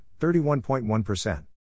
31.1%